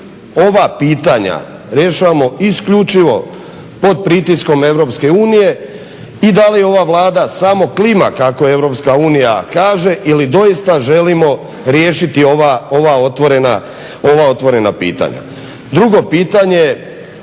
ova pitanja rješavamo isključivo pod pritiskom EU i da li ova Vlada samo klima kako EU kaže ili doista želimo riješiti ova otvorena pitanja? Drugo pitanje,